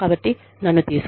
కాబట్టి నన్ను తీసుకోలేదు